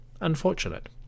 Unfortunate